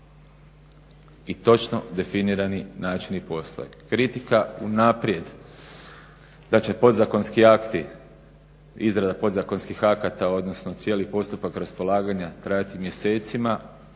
i točno definirani načini poslova. Kritika unaprijed da će podzakonski akti, izrada podzakonskih akata, odnosno cijeli postupak raspolaganja trajati mjesecima,